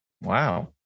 Wow